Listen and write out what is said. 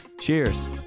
Cheers